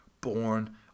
born